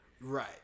Right